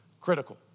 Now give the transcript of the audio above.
critical